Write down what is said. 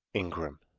ingram.